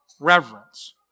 reverence